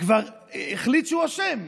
כבר החליט שהוא אשם,